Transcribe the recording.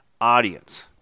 audience